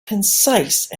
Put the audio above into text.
concise